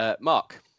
Mark